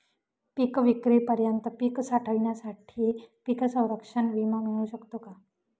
पिकविक्रीपर्यंत पीक साठवणीसाठी पीक संरक्षण विमा मिळू शकतो का?